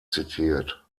zitiert